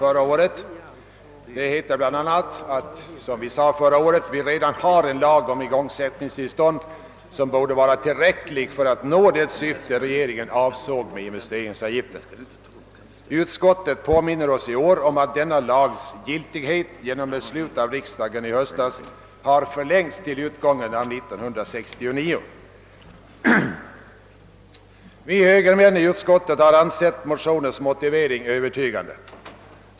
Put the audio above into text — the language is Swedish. Där framhålls bl.a. att vi redan har en lag om igångsättningstillstånd, som borde vara tillräcklig för att nå det syfte regeringen hade med investeringsavgiften. Utskottet påminner oss i år om att denna lags giltighet genom beslut av riksdagen i höstas har förlängts till utgången av år 1969. Vi högermän i utskottet har ansett motionärernas motivering övertygande.